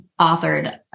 authored